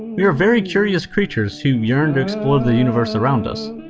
we are very curious creatures who yearn to explore the universe around us.